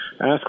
ask